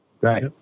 right